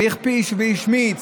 והכפיש והשמיץ